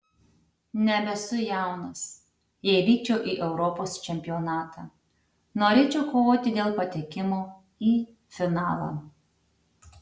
nebesu jaunas jei vykčiau į europos čempionatą norėčiau kovoti dėl patekimo į finalą